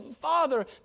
Father